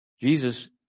Jesus